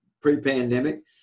pre-pandemic